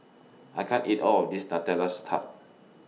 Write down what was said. I can't eat All of This nutella's Tart